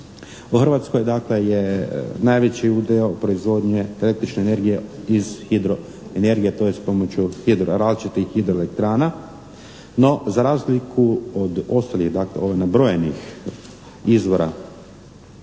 U Hrvatskoj je najveći udio proizvodnje električne energije iz hidroenergije tj. pomoću različitih hidroelektrana, no za razliku od ostalih nabrojenih izvora